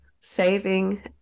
saving